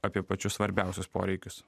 apie pačius svarbiausius poreikius